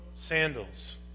sandals